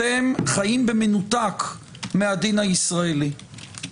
אתם חיים במנותק מהדין הישראלי.